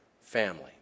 family